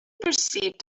perceived